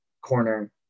corner